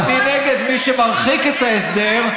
אני נגד מי שמרחיק את ההסדר,